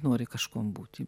nori kažkuom būti